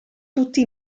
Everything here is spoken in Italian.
tutti